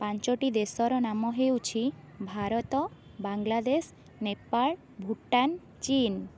ପାଞ୍ଚଟି ଦେଶର ନାମ ହେଉଛି ଭାରତ ବାଂଲାଦେଶ ନେପାଳ ଭୁଟାନ୍ ଚୀନ୍